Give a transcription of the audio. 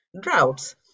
droughts